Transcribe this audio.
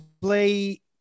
play